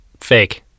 Fake